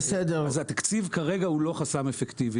התקציב כרגע הוא לא חסם אפקטיבי.